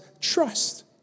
trust